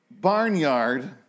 barnyard